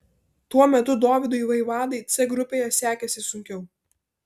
tuo metu dovydui vaivadai c grupėje sekėsi sunkiau